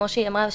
כמו שהיא אמרה,